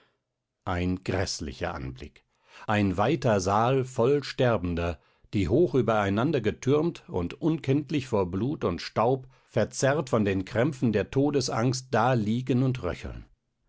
ein gräßlicher anblick ein weiter saal voll sterbender die hoch übereinander getürmt und unkenntlich vor blut und staub verzerrt von den krämpfen der todesangst da liegen und röcheln